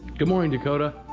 good morning, dakota.